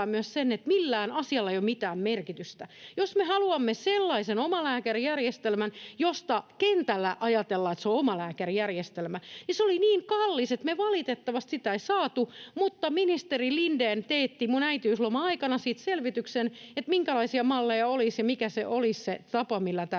myös sen, että millään asialla ei ole mitään merkitystä. — Jos me haluamme sellaisen omalääkärijärjestelmän, josta kentällä ajatellaan, että se on omalääkärijärjestelmä, niin se olisi niin kallis, että valitettavasti sitä ei saatu, mutta ministeri Lindén teetti minun äitiyslomani aikana siitä selvityksen, minkälaisia malleja olisi ja mikä olisi se tapa, millä tämä